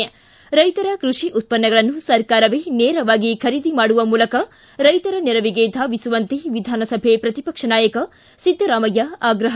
್ಲಿ ರೈತರ ಕೃಷಿ ಉತ್ತನ್ನಗಳನ್ನು ಸರ್ಕಾರವೇ ನೇರವಾಗಿ ಖರೀದಿ ಮಾಡುವ ಮೂಲಕ ರೈತರ ನೆರವಿಗೆ ಧಾವಿಸುವಂತೆ ವಿಧಾನಸಭೆ ಪ್ರತಿಪಕ್ಷ ನಾಯಕ ಸಿದ್ದರಾಮಯ್ಯ ಆಗ್ರಹ